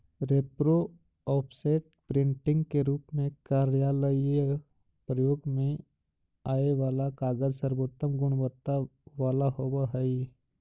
repro, offset, printing के रूप में कार्यालयीय प्रयोग में आगे वाला कागज सर्वोत्तम गुणवत्ता वाला होवऽ हई